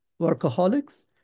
workaholics